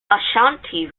ashanti